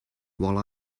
while